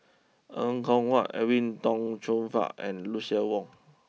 Er Kwong Wah Edwin Tong Chun Fai and Lucien Wang